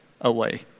away